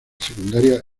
secundaria